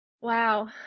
wow